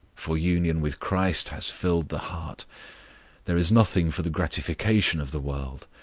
for union with christ has filled the heart there is nothing for the gratification of the world,